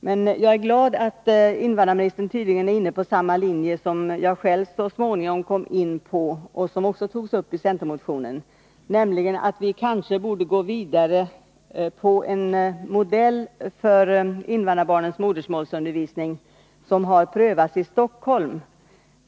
Men jag är glad att invandrarministern tydligen är inne på samma linje som jag själv så småningom kom in på och som också togs upp i centermotionen, nämligen att vi kanske borde gå vidare med en modell för invandrarbarnens modersmålsundervisning som har prövats i Stockholm.